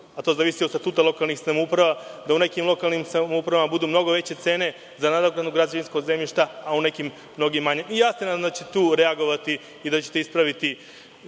a to zavisi od statuta lokalnih samouprava da u nekim lokalnim samoupravama budu mnogo veće cene za nadoknadu građevinskog zemljišta, a u nekim mnogo manje. Nadam se da ćete tu reagovati i da ćete ispraviti